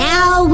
Now